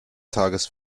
tages